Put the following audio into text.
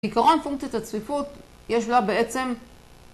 כעיקרון פונקציית הצפיפות יש לה בעצם